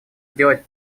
сделать